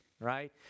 right